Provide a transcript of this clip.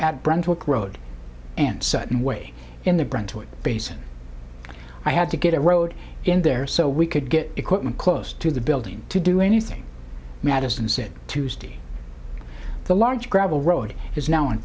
at brunswick road and sudden way in the brentwood basin i had to get a road in there so we could get equipment close to the building to do anything madison said tuesday the large gravel road is now in